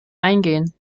eingehen